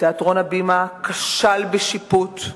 כשל בשיפוט,